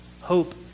Hope